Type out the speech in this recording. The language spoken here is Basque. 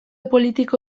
politiko